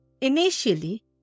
Initially